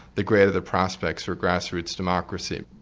the greater the prospects for grassroots democracy.